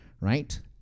right